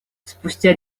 спустя